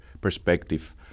perspective